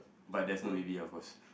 but there's no baby ah of course